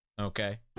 Okay